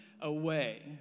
away